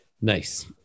Nice